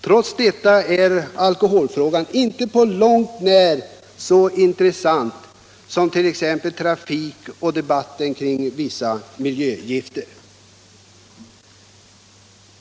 Trots detta är alkoholfrågan inte på långt när så intressant som t.ex. trafiken och debatten om vissa miljögifter.